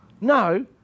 No